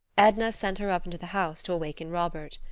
edna sent her up into the house to awaken robert.